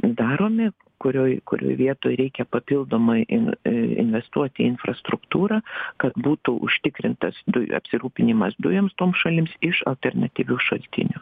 daromi kurioj kurioj vietoj reikia papildomai inv e investuoti į infrastruktūrą kad būtų užtikrintas dujų apsirūpinimas dujoms toms šalims iš alternatyvių šaltinių